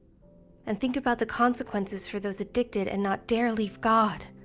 and think about the consequences for those addicted and not dare leave god.